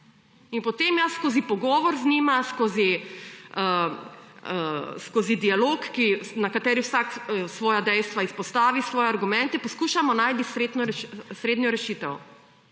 in potem jaz skozi pogovor z njima, skozi dialog, na kateri vsak svoja dejstva izpostavi, svoje argumente, poskušamo najti srednjo rešitev